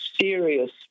serious